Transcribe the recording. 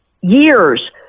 years